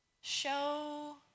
show